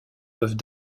peuvent